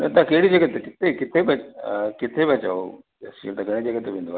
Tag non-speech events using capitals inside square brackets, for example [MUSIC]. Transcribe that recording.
न त कहिड़ी जॻह ते किथे किथे पिया अ किथे पिया चओ [UNINTELLIGIBLE]